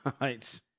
Right